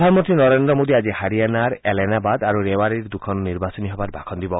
প্ৰধানমন্ত্ৰী নৰেন্দ্ৰ মোদীয়ে আজি হাৰিয়ানাৰ এলেনাবাদ আৰু ৰেৱাৰীৰ দুখন নিৰ্বাচনী সভাত ভাষণ দিব